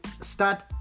start